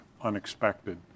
unexpected